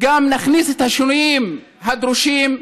נכניס את השינויים הדרושים.